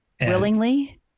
Willingly